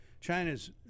China's